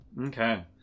Okay